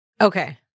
Okay